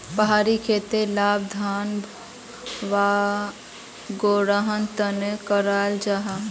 पहाड़ी खेतीर लाभ धान वागैरहर तने कराल जाहा